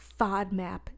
FODMAP